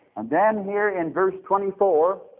and then here in verse twenty four,